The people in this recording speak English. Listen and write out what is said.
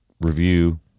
review